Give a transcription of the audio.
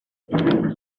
there